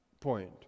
point